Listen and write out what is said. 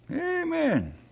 Amen